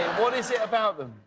and what is it about them?